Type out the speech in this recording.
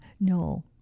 No